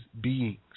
beings